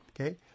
okay